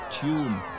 tune